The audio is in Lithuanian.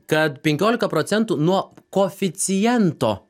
kad penkiolika procentų nuo koeficiento